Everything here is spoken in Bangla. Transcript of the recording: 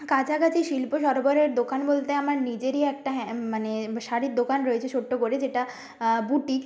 কাছাকাছি শিল্প সরবরাহের দোকান বলতে আমার নিজেরই একটা হ্যাঁ মানে শাড়ির দোকান রয়েছে ছোট্টো করে যেটা বুটিক